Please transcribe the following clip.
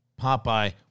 Popeye